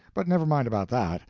but never mind about that,